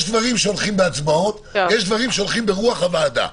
יש דברים שהולכים בהצבעות ויש דברים שהולכים ברוח הוועדה.